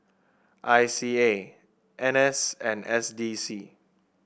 I C A N S and S D C